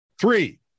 Three